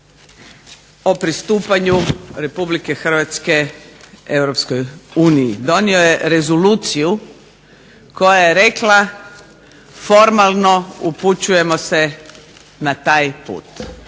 o pristupanju Republike Hrvatske Europskoj uniji. Donio je rezoluciju koja je rekla formalno upućujemo se na taj put.